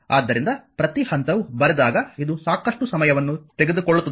ಆದ್ದರಿಂದ ಪ್ರತಿ ಹಂತವೂ ಬರೆದಾಗ ಇದು ಸಾಕಷ್ಟು ಸಮಯವನ್ನು ತೆಗೆದುಕೊಳ್ಳುತ್ತದೆ